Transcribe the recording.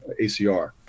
ACR